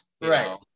Right